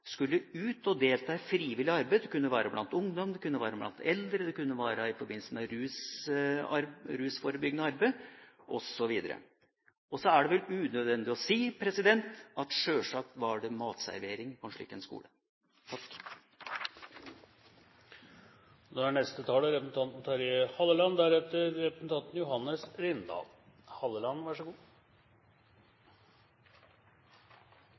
skulle ut og delta i frivillig arbeid. Det kunne være blant ungdom. Det kunne være blant eldre, og det kunne være i forbindelse med rusforebyggende arbeid, osv. Så er det vel unødvendig å si at det sjølsagt var matservering på en slik skole.